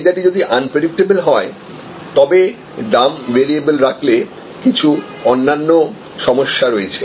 চাহিদাটি যদি আনপ্রেডিক্টেবল হয় তবে দাম ভেরিয়েবল রাখলে কিছু অন্যান্য সমস্যা রয়েছে